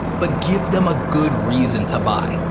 but give them a good reason to buy.